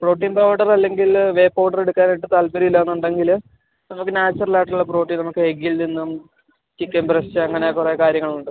protein powder അല്ലെങ്കിൽ whey powder എടുക്കാനായിട്ട് താല്പര്യം ഇല്ലാന്നുണ്ടെങ്കിൽ നമുക്ക് നാച്ചുറലായിട്ടുള്ള പ്രോട്ടീൻ നമുക്ക് എഗ്ഗിൽ നിന്നും ചിക്കൻ ബ്രെസ്റ്റ് അങ്ങനെ കുറെ കാര്യങ്ങളുണ്ട്